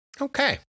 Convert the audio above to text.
Okay